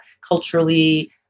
culturally